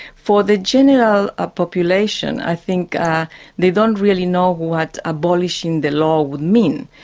for the general ah population, i think they don't really know what abolishing the law would mean.